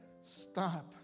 stop